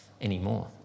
anymore